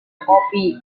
kopi